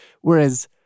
Whereas